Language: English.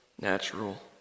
natural